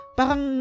parang